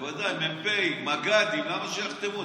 בוודאי, מ"פים, מג"דים, למה שיחתמו?